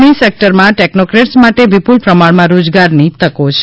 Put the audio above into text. ઈ સેક્ટરમાં ટેક્નોક્રેટ્સ માટે વિપુલ પ્રમાણમાં રોજગારની તકો છે